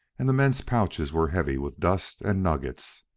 and the men's pouches were heavy with dust and nuggets.